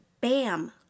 bam